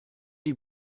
die